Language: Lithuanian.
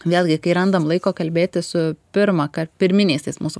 vėlgi kai randam laiko kalbėtis su pirmąkart pirminiais tais mūsų